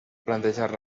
plantejar